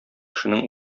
кешенең